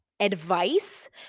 advice